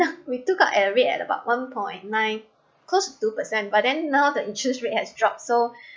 we took up rate at about one point nine close two percent but then now the interest rate has dropped so